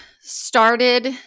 started